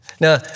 Now